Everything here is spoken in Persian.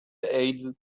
ایدز